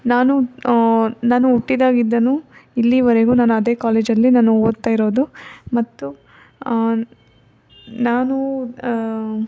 ನಾನು ನಾನು ಹುಟ್ಟಿದಾಗಿದ್ದಾನೂ ಇಲ್ಲಿವರೆಗೂ ನಾನು ಅದೇ ಕಾಲೇಜಲ್ಲಿ ನಾನು ಓದ್ತಾ ಇರೋದು ಮತ್ತು ನಾನು